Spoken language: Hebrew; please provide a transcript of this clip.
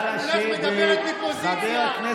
אני לא ביקשתי דבר כזה.